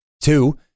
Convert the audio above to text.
Two